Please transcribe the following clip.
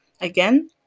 Again